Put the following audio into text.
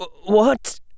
What